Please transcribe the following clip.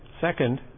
Second